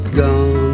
gone